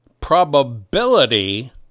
probability